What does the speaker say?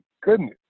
goodness